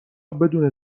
بدون